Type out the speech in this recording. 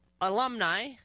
alumni